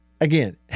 Again